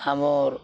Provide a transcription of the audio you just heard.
ଆମର୍